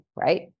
Right